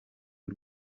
y’u